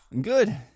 Good